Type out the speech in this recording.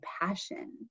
passion